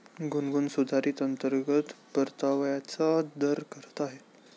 गुनगुन सुधारित अंतर्गत परताव्याचा दर करत आहे